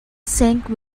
sank